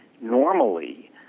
Normally